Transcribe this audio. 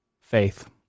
faith